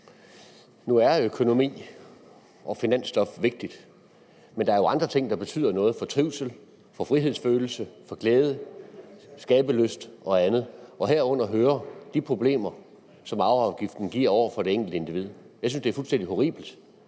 Nu er økonomi- og finansstof vigtigt, men der er jo andre ting, der betyder noget for trivslen, for frihedsfølelsen, for glæden, skabelysten og andet, og herunder hører de problemer, som arveafgiften giver for det enkelte individ. Jeg synes, det er fuldstændig horribelt,